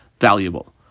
valuable